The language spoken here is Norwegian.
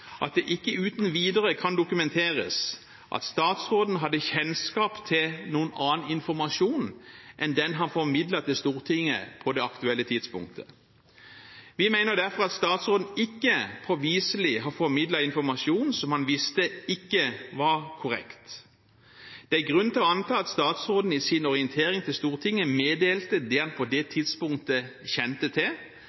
at det ikke uten videre kan dokumenteres at statsråden hadde kjennskap til noen annen informasjon enn den han formidlet til Stortinget på det aktuelle tidspunktet. Vi mener derfor at statsråden ikke påviselig har formidlet informasjon som han visste ikke var korrekt. Det er grunn til å anta at statsråden i sin orientering til Stortinget meddelte det han på det tidspunktet kjente til,